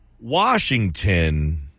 Washington